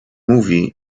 mówi